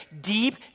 deep